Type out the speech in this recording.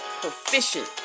proficient